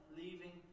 leaving